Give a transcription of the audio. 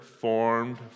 formed